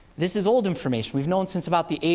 this is old information we've known since about the eighty